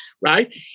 right